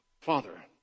father